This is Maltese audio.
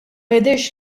jidhirx